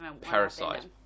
Parasite